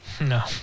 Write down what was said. No